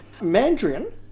Mandrian